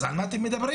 אז על מה אתם מדברים?